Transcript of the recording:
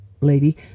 lady